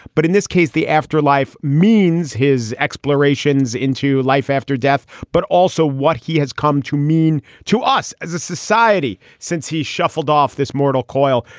but in this case, the afterlife means his explorations into life after death. but also what he has come to mean to us as a society since he shuffled off this mortal coil.